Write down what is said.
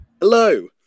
hello